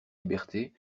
liberté